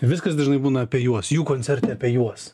viskas dažnai būna apie juos jų koncerte apie juos